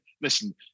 Listen